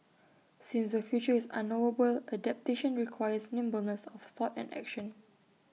since the future is unknowable adaptation requires nimbleness of thought and action